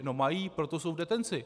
No mají, proto jsou v detenci!